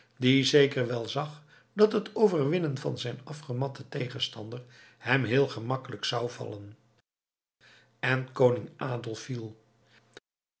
die zeker wel zag dat het overwinnen van zijn afgematten tegenstander hem heel gemakkelijk zou vallen en koning adolf viel